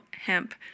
Hemp